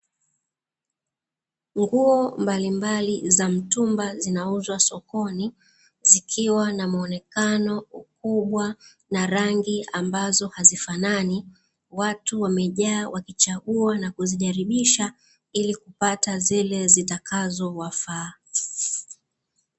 Nguo mbalimbali za mtumba zinauzwa sokoni zikiwa na muonekano, ukubwa na rangi ambazo hazifanani, watu wamejaa wakichagua na kuzijaribisha ili kupata zile zitakazowafaa.